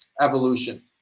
evolution